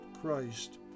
Christ